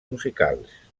musicals